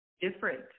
different